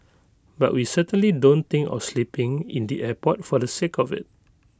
but we certainly don't think of sleeping in the airport for the sake of IT